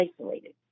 isolated